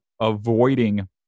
avoiding